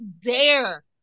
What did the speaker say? dare